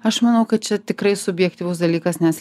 aš manau kad čia tikrai subjektyvus dalykas nes